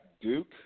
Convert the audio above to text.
Duke